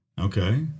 Okay